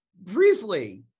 briefly